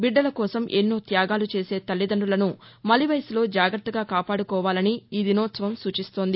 బిద్దల కోసం ఎన్నో త్యాగాలు చేసే తల్లిదండులను మలివయస్సులో జాగ్రత్తగా కాపాడుకోవాలని ఈ దినోత్సవం సూచిస్తోంది